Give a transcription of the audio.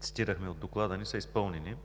цитирахме в доклада ни, са изпълнени.